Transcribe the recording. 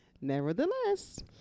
nevertheless